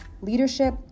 leadership